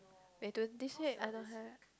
wait don't they said I don't have